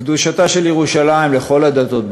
קדושתה של ירושלים לכל הדתות,